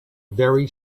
very